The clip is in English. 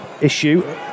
issue